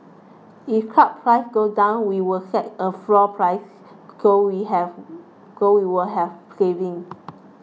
if crude prices go down we will set a floor price so we have so we will have savings